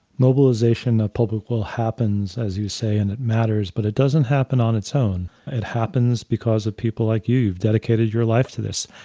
mobilization of public well happens, as you say, and it matters but it doesn't happen on its own. it happens because of people like you, you've dedicated your life to this.